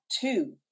two